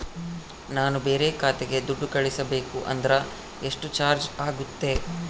ನಾನು ಬೇರೆ ಖಾತೆಗೆ ದುಡ್ಡು ಕಳಿಸಬೇಕು ಅಂದ್ರ ಎಷ್ಟು ಚಾರ್ಜ್ ಆಗುತ್ತೆ?